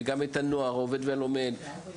׳הנוער העובד והלומד׳,